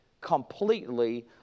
completely